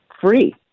Free